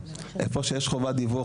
איפה שיש חובת דיווח,